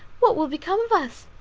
what will become of us?